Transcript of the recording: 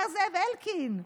אומר זאב אלקין: